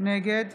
נגד